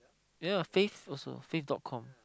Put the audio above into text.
ya face also face-dot-com